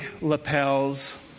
lapels